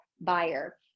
buyer